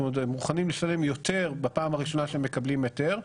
זאת אומרת הם מוכנים לשלם יותר בפעם הראשונה שהם מקבלים היתר.